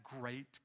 great